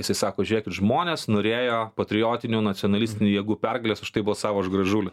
jisai sako žiūrėkit žmonės norėjo patriotinių nacionalistinių jėgų pergalės už tai balsavo už gražulį